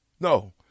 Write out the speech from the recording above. No